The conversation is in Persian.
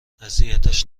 اذیتش